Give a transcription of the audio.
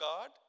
God